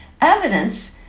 evidence